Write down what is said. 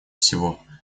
всего